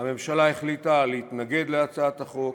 הממשלה החליטה להתנגד להצעת החוק,